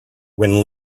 when